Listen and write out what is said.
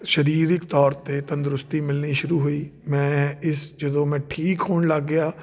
ਸ਼ਰੀਰਕ ਤੌਰ 'ਤੇ ਤੰਦਰੁਸਤੀ ਮਿਲਣੀ ਸ਼ੁਰੂ ਹੋਈ ਮੈਂ ਇਸ ਇਸ ਜਦੋਂ ਮੈਂ ਠੀਕ ਹੋਣ ਲੱਗ ਗਿਆ